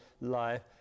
life